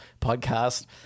podcast